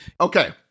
Okay